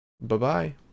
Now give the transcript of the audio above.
Bye-bye